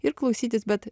ir klausytis bet